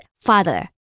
father